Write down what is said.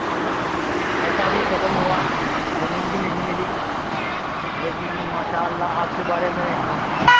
پیسہ بھی ختم ہوا زمین بھی نہیں ملی لیکن ماشاء اللہ آپ کے بارے میں